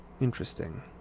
interesting